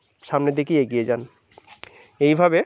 সামনের দিকে এগিয়ে যান এইভাবে